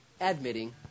admitting